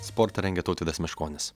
sportą rengia tautvydas meškonis